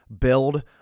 build